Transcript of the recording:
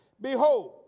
Behold